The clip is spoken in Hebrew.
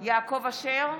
יעקב אשר,